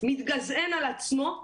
מתגזען על עצמו,